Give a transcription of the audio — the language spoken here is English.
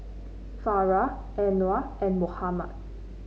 Farah Anuar and Muhammad